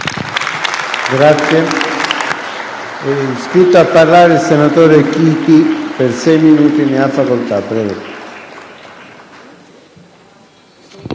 Grazie